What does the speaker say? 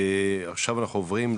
עכשיו אנחנו עוברים,